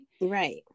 Right